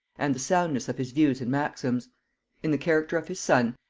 and the soundness of his views and maxims in the character of his son,